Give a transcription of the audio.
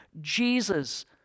Jesus